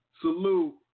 salute